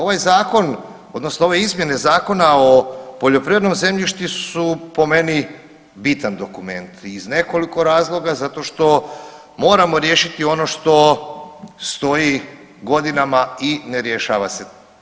Ovaj zakon odnosno ove izmjene Zakona o poljoprivrednom zemljištu su po meni bitan dokument iz nekoliko razloga, zato što moramo riješiti ono što stoji godinama i ne rješava se.